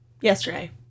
Yesterday